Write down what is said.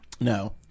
No